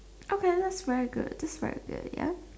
okay thats very good thats very good ya